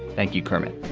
thank you, kermit.